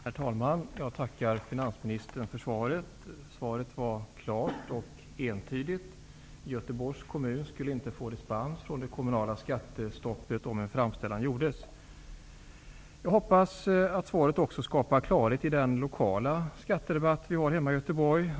Kristdemokraterna och Miljöpartiet har lagt en mycket stram budget för 1993 och verksamhetsplaner för 1994/95 med oförändrad skattesats. Socialdemokraterna och Vänsterpartiet hävdar att det ekonomiska läget i Göteborg är så ansträngt att en skattehöjning är nödvändig.